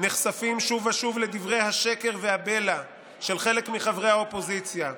נחשפים שוב ושוב לדברי השקר והבלע של חלק מחברי האופוזיציה.